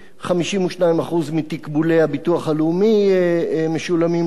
52% מתקבולי הביטוח הלאומי משולמים לערבים,